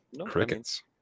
Crickets